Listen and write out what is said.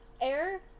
Air